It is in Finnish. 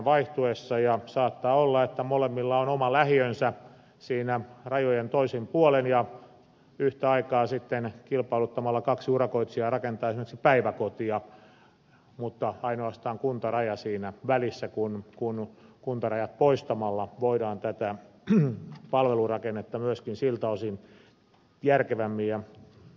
ja saattaa olla että molemmilla on oma lähiönsä siinä rajojen molemmin puolin ja yhtä aikaa sitten kilpailuttamalla kaksi urakoitsijaa rakentaa esimerkiksi päiväkotia mutta ainoastaan kuntaraja on siinä välissä kun kuntarajat poistamalla voidaan tätä palvelurakennetta myöskin siltä osin järkevämmin ja perustellummin käyttää